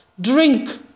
Drink